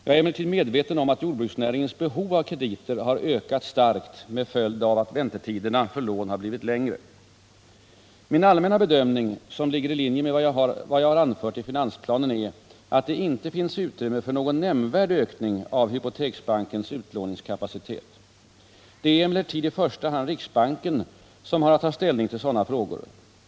Jag är emellertid medveten om att jordbruksnäringens behov av krediter har ökat starkt med följd att väntetiderna för lån har blivit längre. Min allmänna bedömning — som ligger i linje med vad jag har anfört i finansplanen — är att det inte finns utrymme för någon nämnvärd ökning av hypoteksbankens utlåningskapacitet. Det är emellertid i första hand riksbanken som har att ta ställning till sådana frågor.